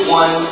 one